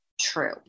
true